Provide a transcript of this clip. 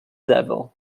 devil